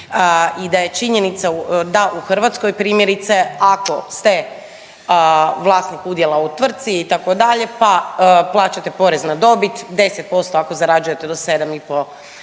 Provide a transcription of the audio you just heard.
i da je činjenica da u Hrvatskoj primjerice, ako ste vlasnik udjela u tvrtci, itd. pa plaćate porez na dobit, 10% ako zarađujete do 7,5